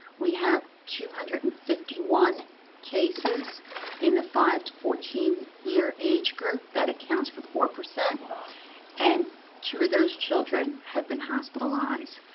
we have two hundred and fifty one cases in the five to fourteen year age group that accounts for four, and two of those children had been hospitalized.